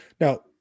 now